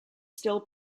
still